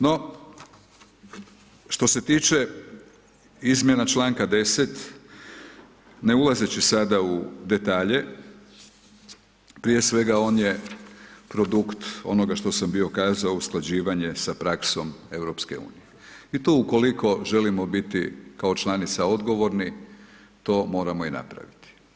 No, što se tiče izmjena članka 10. ne ulazeći sada u detalje prije svega on je produkt onoga što sam bio kazao usklađivanje sa praksom EU i tu ukoliko želimo biti kao članica odgovorni to moramo i napraviti.